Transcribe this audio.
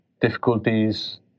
difficulties